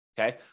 okay